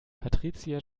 patricia